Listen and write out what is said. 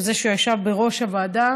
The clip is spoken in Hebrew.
וזה שהוא ישב בראש הוועדה